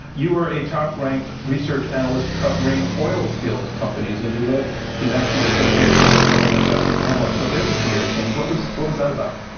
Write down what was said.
you were a top-ranked research analyst cover oil field companies, and you led the national association of petroleum investment analysts. so, there's a career change. what was what was that about?